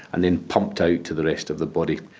and then pumped out to the rest of the body.